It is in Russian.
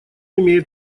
имеет